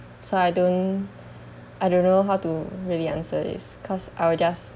so I don't I don't know how to really answer this because I'll just